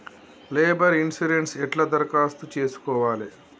Labour insurance ఎట్ల దరఖాస్తు చేసుకోవాలే?